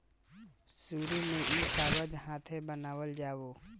शुरु में ई कागज हाथे बनावल जाओ